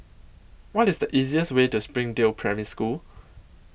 What IS The easiest Way to Springdale Primary School